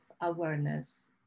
awareness